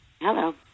Hello